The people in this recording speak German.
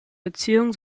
beziehungen